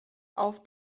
auf